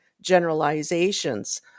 generalizations